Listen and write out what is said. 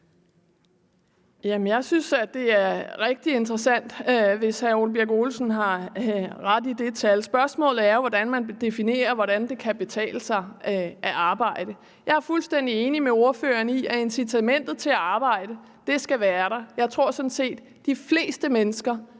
Jeg synes, det er rigtig interessant, hvis hr. Ole Birk Olesen har ret i det tal. Spørgsmålet er jo, hvordan man definerer, hvordan det kan betale sig at arbejde. Jeg er fuldstændig enig med ordføreren i, at incitamentet til at arbejde skal være der. Jeg tror sådan set, de fleste mennesker